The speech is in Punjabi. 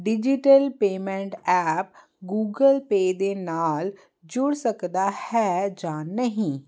digital payment app Google Pay ਦੇ ਨਾਲ ਜੁੜ ਸਕਦਾ ਹੈ ਜਾਂ ਨਹੀਂ